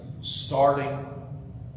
starting